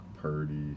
Purdy